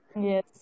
Yes